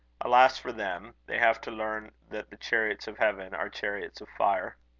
alas for them! they have to learn that the chariots of heaven are chariots of fire.